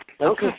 Okay